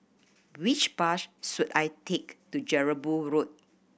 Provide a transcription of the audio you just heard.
which bus should I take to Jelebu Road